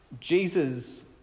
Jesus